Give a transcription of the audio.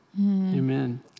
amen